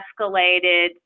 escalated